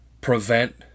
prevent